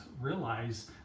realize